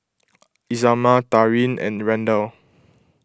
Isamar Taryn and Randal